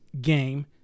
game